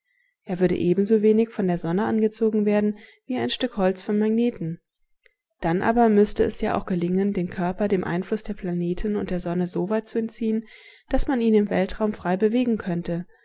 er würde ebensowenig von der sonne angezogen werden wie ein stück holz vom magneten dann aber müßte es ja auch gelingen den körper dem einfluß der planeten und der sonne soweit zu entziehen daß man ihn im weltraum frei bewegen könnte